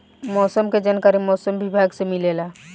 मौसम के जानकारी मौसम विभाग से मिलेला?